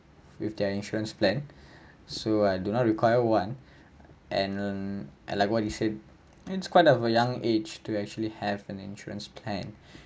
with their insurance plan so I do not require one and and like what you said it's quite of a young age to actually have an insurance plan